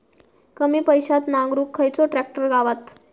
कमी पैशात नांगरुक खयचो ट्रॅक्टर गावात?